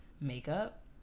makeup